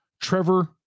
Trevor